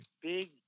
Big